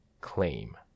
claim